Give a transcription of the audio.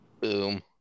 boom